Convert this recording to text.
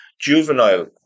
juvenile